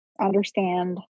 understand